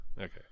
Okay